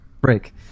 Break